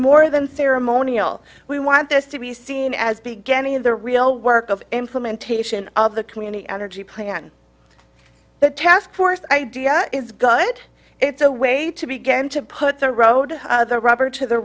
more than ceremonial we want this to be seen as beginning in the real work of implementation of the community energy plan that task force idea is good it's a way to began to put the road the rubber to the